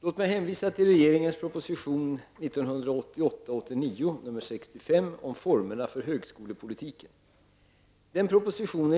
Låt mig hänvisa till regeringens proposition Propositionen